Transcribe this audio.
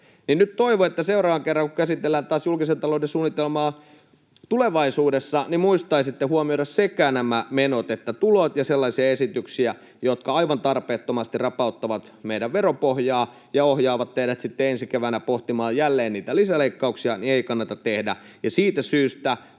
toivon, että seuraavan kerran, kun käsitellään taas julkisen talouden suunnitelmaa tulevaisuudessa, muistaisitte huomioida sekä menot että tulot ja sen, että ei kannata tehdä sellaisia esityksiä, jotka aivan tarpeettomasti rapauttavat meidän veropohjaa ja ohjaavat teidät sitten ensi keväänä pohtimaan jälleen lisäleikkauksia. Näistä syistä,